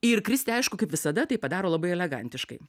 ir kristi aišku kaip visada tai padaro labai elegantiškai